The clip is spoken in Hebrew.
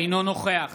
אינו נוכח